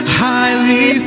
highly